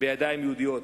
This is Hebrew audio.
בידיים יהודיות.